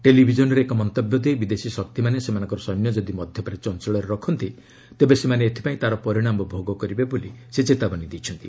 ଟେଲିଭିଜନ୍ରେ ଏକ ମନ୍ତବ୍ୟ ଦେଇ ବିଦେଶୀ ଶକ୍ତିମାନେ ସେମାନଙ୍କର ସୈନ୍ୟ ଯଦି ମଧ୍ୟ ପ୍ରାଚ୍ୟ ଅଞ୍ଚଳରେ ରଖନ୍ତି ତେବେ ସେମାନେ ଏଥିପାଇଁ ତା'ର ପରିଣାମ ଭୋଗ କରିବେ ବୋଲି ସେ ଚେତାବନୀ ଦେଇଛନ୍ତି